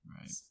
right